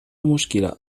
مشكلة